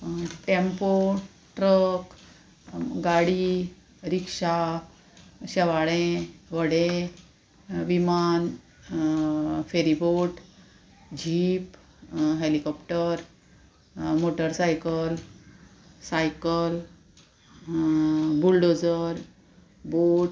tempo truck गाडी रिक्षा शेवाळे व्हडे विमान ferry boat jeep helicopter motorcycle cycle bulldozer बोट